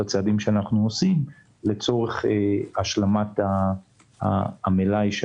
הצעדים שאנחנו עושים לצורך השלמת המלאי.